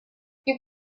you